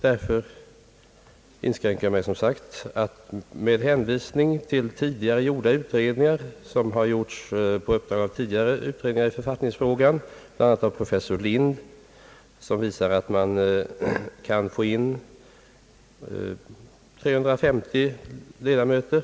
Därför inskränker jag mig, som sagt, att hänvisa till de utredningar som har gjorts på uppdrag av tidigare utredningar i författningsfrågan, bl.a. av professor Lind, och som visar att man kan få plats för 350 ledamöter.